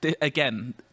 again